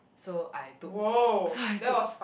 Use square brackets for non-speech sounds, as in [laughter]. so I took [laughs] so I took